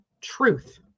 truth